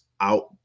out